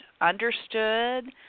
understood